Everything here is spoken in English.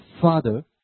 Father